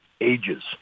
ages